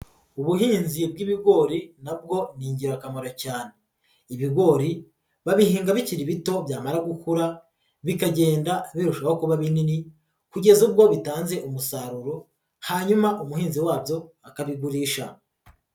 Ubuhinzi bw'ibigori na bwo ni ingirakamaro cyane, ibigori babihinga bikiri bito byamara gukura bikagenda birushaho kuba binini kugeza ubwo bitanze umusaruro hanyuma umuhinzi wabyo akabigurisha.